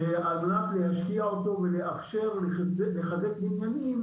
על מנת להשקיע אותו ולאפשר לחזק בניינים